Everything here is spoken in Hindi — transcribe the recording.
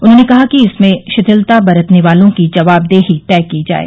उन्होंने कहा कि इसमें शिथिलता बरतने वालों की जवाबदेही तय की जाये